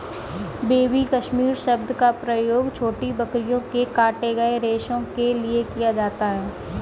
baby Kashmiri शब्द का प्रयोग छोटी बकरियों के काटे गए रेशो के लिए किया जाता है